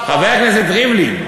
חבר הכנסת ריבלין.